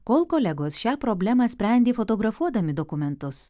kol kolegos šią problemą sprendė fotografuodami dokumentus